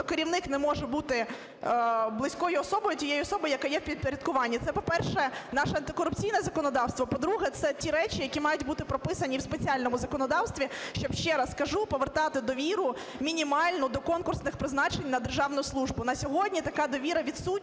Тобто керівник не може бути близькою особою, тією особою, яка є в підпорядкуванні. Це, по-перше, наше антикорупційне законодавство. А, по-друге, це ті речі, які мають бути прописані в спеціальному законодавстві, щоб, ще раз кажу, повертати довіру мінімальну до конкурсних призначень на державну службу. На сьогодні така довіра відсутня